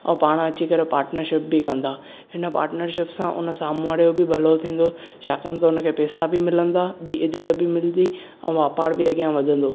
ऐं पाण अची करे पार्टनर्शिप बि कंदा हिन पार्टनर्शिप सां हुन साम्हूं वारे जो बि भलो थींदो छाकाणि त हुन खे पेसा बि मिलंदा बि इज़त बि मिलंदी ऐं व्यापार बि अॻिया वधंदो